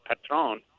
Patron